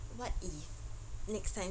what if next time